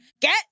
Get